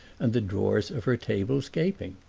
and the drawers of her tables gaping.